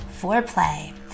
Foreplay